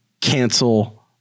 cancel